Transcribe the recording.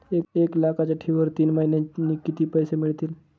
एक लाखाच्या ठेवीवर तीन महिन्यांनी किती पैसे मिळतील?